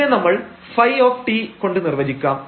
ഇതിനെ നമ്മൾ ɸ കൊണ്ട് നിർവചിക്കാം